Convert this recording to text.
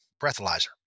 breathalyzer